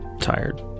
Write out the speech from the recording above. tired